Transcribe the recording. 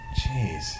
jeez